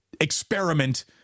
experiment